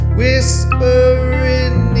whispering